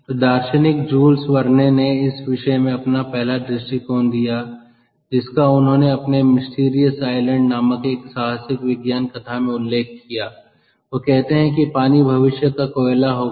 तो दार्शनिक Jules Verne ने इस विषय में अपना पहला दृष्टिकोण दीया जिसका उन्होंने अपने मिस्टीरियस आइलैंड नामक एक साहसिक विज्ञान कथा में उल्लेख किया वह कहते हैं कि पानी भविष्य का कोयला होगा